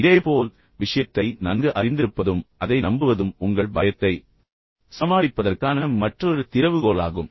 இதேபோல் விஷயத்தை நன்கு அறிந்திருப்பதும் அதை நம்புவதும் உங்கள் பயத்தை சமாளிப்பதற்கான மற்றொரு திறவுகோலாகும்